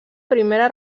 primera